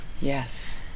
yes